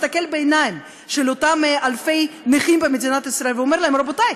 מסתכל בעיניים של אותם אלפי נכים במדינת ישראל ואומר להם: רבותי,